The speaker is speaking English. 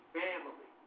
family